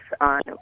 on